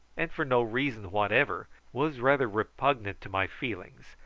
and for no reason whatever, was rather repugnant to my feelings,